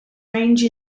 range